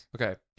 Okay